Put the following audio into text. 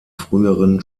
früheren